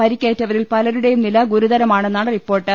പരിക്കേറ്റവരിൽ പലരുടെയും നില ഗുരുതരമാണെന്നാണ് റിപ്പോർട്ട്